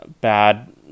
bad